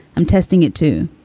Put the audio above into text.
i'm testing it, too.